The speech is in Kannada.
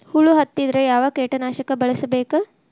ಹುಳು ಹತ್ತಿದ್ರೆ ಯಾವ ಕೇಟನಾಶಕ ಬಳಸಬೇಕ?